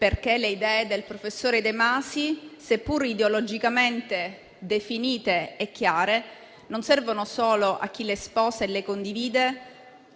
perché le idee del professor De Masi, seppur ideologicamente definite e chiare, non servono solo a chi le sposa e le condivide,